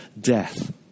death